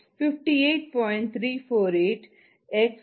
348 x மற்றும் 1